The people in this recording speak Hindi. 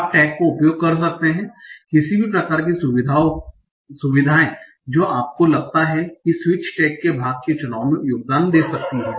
आप टैग को उपयोग कर सकते हैं किसी भी प्रकार की सुविधाएँ जो आपको लगता है कि स्पीच टैग के भाग के चुनाव में योगदान दे सकती हैं